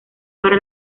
para